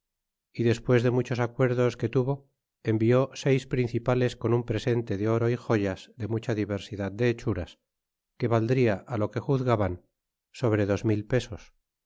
y despues de muchos acuerdos que tuvo envió seis principales con un presente de oro y joyas de mucha diversidad de hechuras que valdria lo que juzgaban sobre dos mil pesos